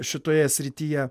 šitoje srityje